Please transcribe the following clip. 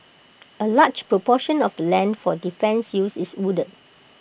A large proportion of the land for defence use is wooded